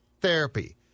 therapy